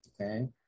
okay